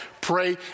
Pray